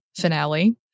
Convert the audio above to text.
finale